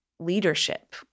leadership